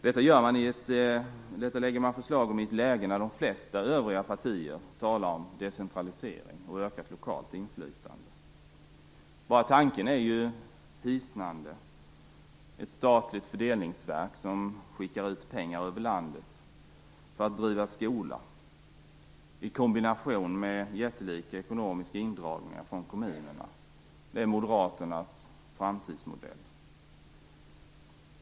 Detta lägger man fram förslag om i ett läge när de flesta övriga partier talar om decentralisering och ökat lokalt inflytande. Bara tanken är hisnande: ett statligt fördelningsverk som skickar ut pengar över landet för att driva skola i kombination med jättelika ekonomiska indragningar från kommunerna. Det är Moderaternas framtidsmodell.